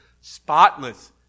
spotless